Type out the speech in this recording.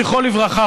זכרו לברכה,